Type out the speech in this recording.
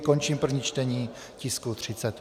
Končím první čtení tisku 35.